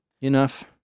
enough